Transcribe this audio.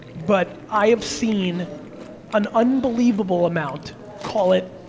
but i have seen an unbelievable amount call it,